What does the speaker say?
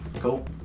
Cool